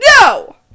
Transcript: no